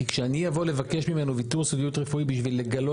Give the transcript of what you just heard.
כי כשאני אבוא לבקש ממנו ויתור סודיות רפואית כדי לגלות